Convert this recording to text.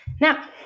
Now